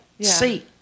See